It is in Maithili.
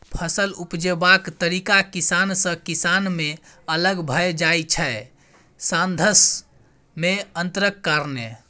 फसल उपजेबाक तरीका किसान सँ किसान मे अलग भए जाइ छै साधंश मे अंतरक कारणेँ